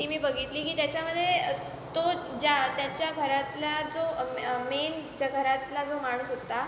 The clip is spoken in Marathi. ती मी बघितली की त्याच्यामध्ये तो ज्या त्याच्या घरातल्या जो जो मेन च्या घरातला जो माणूस होता